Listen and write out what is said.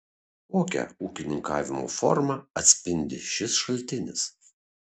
kokią ūkininkavimo formą atspindi šis šaltinis